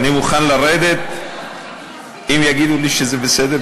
אני מוכן לרדת אם יגידו לי שזה בסדר,